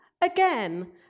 Again